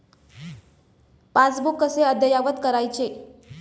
Passbook कसे अद्ययावत करायचे?